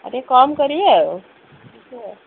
ଆଉ ଟିକେ କମ୍ କରିବେ ଆଉ